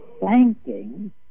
thanking